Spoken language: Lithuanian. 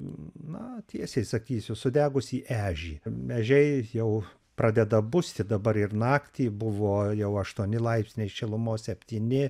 na tiesiai sakysiu sudegusį ežį ežiai jau pradeda busti dabar ir naktį buvojo jau aštuoni laipsniai šilumos septyni